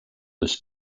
this